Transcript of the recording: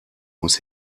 muss